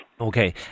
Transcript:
Okay